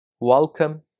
Welcome